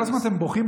כל הזמן אתם בוכים,